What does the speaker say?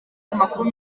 amakuru